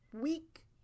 week